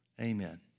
amen